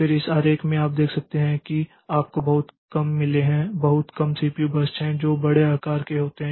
फिर इस आरेख में आप देख सकते हैं कि आपको बहुत कम मिले हैं बहुत कम सीपीयू बर्स्ट हैं जो बड़े आकार के होते हैं